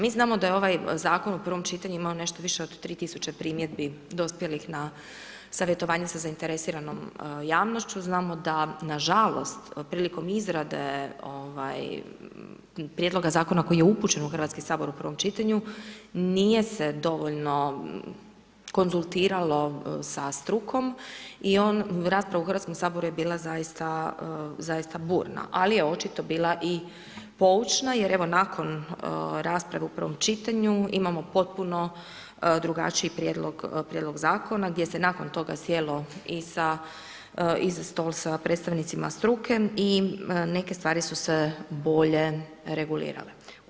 Mi znamo da je ovaj zakon u prvom čitanju, imao nešto više od 3000 primjedbi dospjelih na savjetovanju sa zainteresiranom javnošću, znamo da nažalost, prilikom izrade prijedloga zakona koji je upućen u Hrvatski sabor u prvom čitanju nije se dovoljno konzultirao sa strukom i rasprava u Hrvatskom saboru je bila zaista burna, ali je očito bila i poučna, jer evo, nakon rasprave u 1. čitanju imamo potpuno drugačiji prijedlog zakona gdje se nakon toga sijelo i za stol sa predstavnicima struke i neke stvari su se bolje reguliraju.